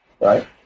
right